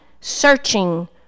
searching